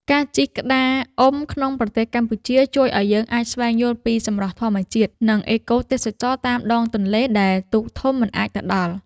ការជិះក្តារអុំក្នុងប្រទេសកម្ពុជា ជួយឱ្យយើងអាចស្វែងយល់ពីសម្រស់ធម្មជាតិ និងអេកូទេសចរណ៍តាមដងទន្លេដែលទូកធំមិនអាចទៅដល់។